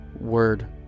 word